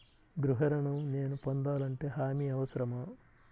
గృహ ఋణం నేను పొందాలంటే హామీ అవసరమా?